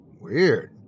Weird